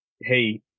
hey